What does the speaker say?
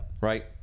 Right